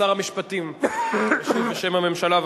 שר המשפטים ישיב בשם הממשלה.